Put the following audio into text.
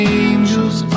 angels